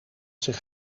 zich